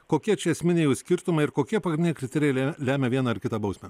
kokie čia esminiai jų skirtumai ir kokie pagrindiniai kriterijai le lemia vieną ar kitą bausmę